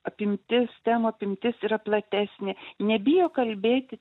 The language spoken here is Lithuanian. apimtis temų apimtis yra platesnė nebijo kalbėti